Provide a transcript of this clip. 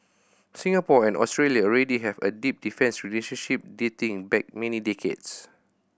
Singapore and Australia already have a deep defence relationship dating back many decades